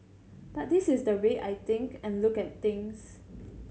but this is the way I think and look at things